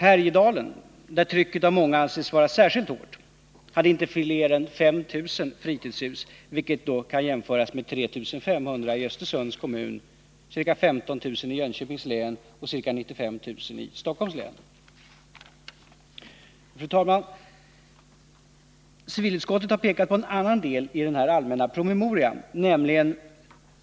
Härjedalen, där trycket av många anses vara särskilt hårt, hade inte fler än 5 000 fritidshus, vilket kan jämföras med 3 500 i Östersunds kommun, ca 15 000 i Jönköpings län och ca 95 000 i Stockholms län. Fru talman! Civilutskottet har pekat på en annan del i den allmänna promemorian.